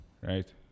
right